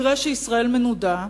תראה שישראל מנודה,